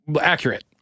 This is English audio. accurate